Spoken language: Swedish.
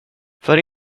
för